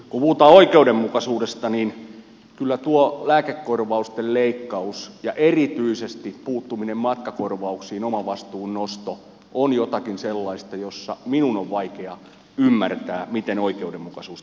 kun puhutaan oikeudenmukaisuudesta niin kyllä tuo lääkekorvausten leikkaus ja erityisesti puuttuminen matkakorvauksiin omavastuun nosto on jotakin sellaista jossa minun on vaikea ymmärtää miten oikeudenmukaisuus toteutuu